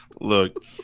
Look